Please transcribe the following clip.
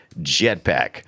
jetpack